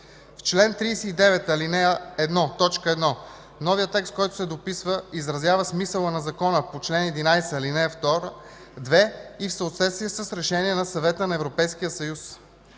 ал. 1, т. 1 новият текст, който се дописва, изразява смисъла на Закона по чл. 11, ал. 2 и е в съответствие с Решение на Съвета на Европейския съюз.